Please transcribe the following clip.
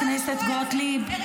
די אני לא יכולה לשמוע את זה.